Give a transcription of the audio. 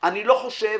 אני לא חושב